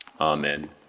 Amen